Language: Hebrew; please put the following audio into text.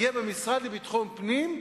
יהיה במשרד לביטחון הפנים,